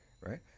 right